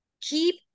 keep